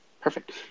Perfect